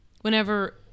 whenever